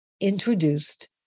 introduced